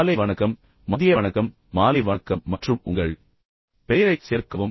காலை வணக்கம் மதிய வணக்கம் மாலை வணக்கம் மற்றும் உங்கள் பெயரைச் சேர்க்கவும்